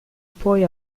poi